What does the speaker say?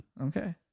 Okay